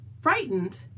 Frightened